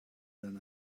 than